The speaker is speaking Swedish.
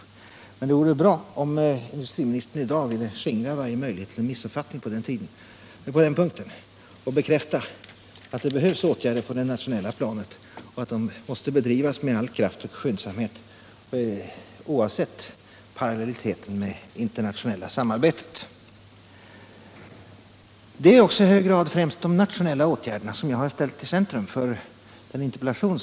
Men det vore bra om industriministern i dag ville skingra varje möjlighet till missuppfattning på den punkten och bekräfta att det behövs åtgärder på det nationella planet och att de måste sättas in med kraft och skyndsamhet, oavsett parallelliteten med det internationella samarbetet. Det är också i hög grad främst de nationella åtgärderna som jag har ställt i centrum för min interpellation.